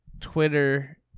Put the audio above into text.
Twitter